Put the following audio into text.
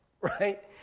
right